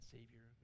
Savior